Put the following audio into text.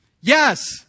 Yes